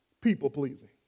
people-pleasing